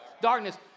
darkness